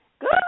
Good